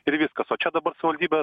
ir viskas o čia dabar savivaldybė